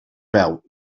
veu